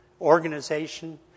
organization